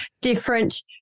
different